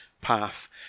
path